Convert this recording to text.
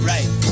Right